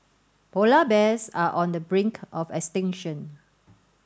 polar bears are on the brink of extinction